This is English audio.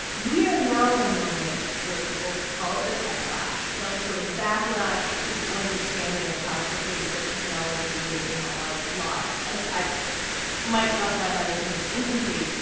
we are now in a moment where people call it the tech lash, some sort of backlash to the understanding of how pervasive technology is in our lives. and i might classify that as in its infancy.